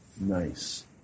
Nice